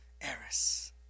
Eris